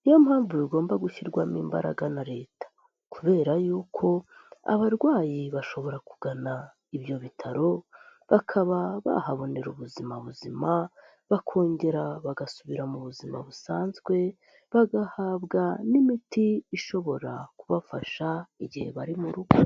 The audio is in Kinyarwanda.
Niyo mpamvu bigomba gushyirwamo imbaraga na Leta kubera yuko abarwayi bashobora kugana ibyo bitaro bakaba bahabonera ubuzima buzima. Bakongera bagasubira mu buzima busanzwe bagahabwa n'imiti ishobora kubafasha igihe bari mu rugo.